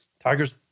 Tiger's